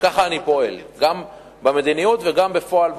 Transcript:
וכך אני פועל גם במדיניות וגם בפועל,